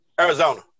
Arizona